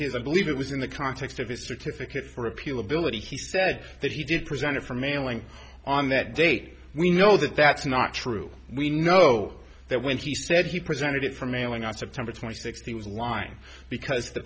his i believe it was in the context of his certificate for appeal ability he said that he did present it for mailing on that date we know that that's not true we know that when he said he presented it for mailing on september twenty sixth he was lying because the